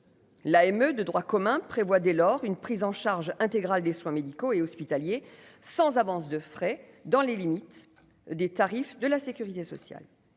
L'AME de droit commun prévoit dès lors une prise en charge intégrale des soins médicaux et hospitaliers sans avance de frais dans les limites des tarifs de la Sécurité sociale,